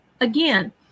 again